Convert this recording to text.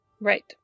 Right